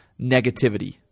negativity